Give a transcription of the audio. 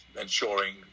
ensuring